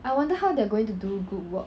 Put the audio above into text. I wonder how they are going to do group work